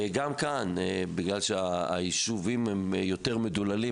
גם כאן בגלל שהיישובים יותר מדוללים,